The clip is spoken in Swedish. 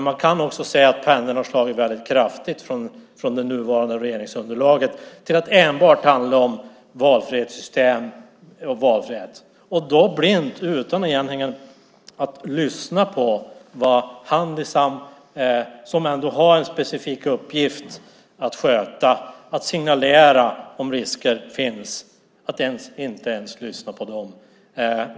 Man kan också se att pendeln har slagit väldigt kraftigt från det nuvarande regeringsunderlaget till att enbart handla om valfrihetssystem och valfrihet. Man lyssnar inte ens på Handisam som har en specifik uppgift att sköta, nämligen att signalera om det finns risker.